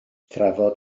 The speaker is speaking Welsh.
drafod